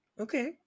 Okay